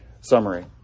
Summary